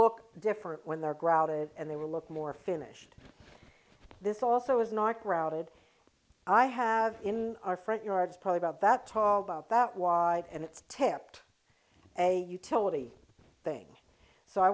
look different when they're grouted and they will look more finished this also is not crowded i have in our front yards probably about that tall about that wide and it's tipped a utility thing so i